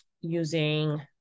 using